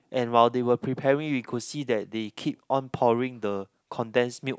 and while they were preparing we could see that they keep on pouring the condensed milk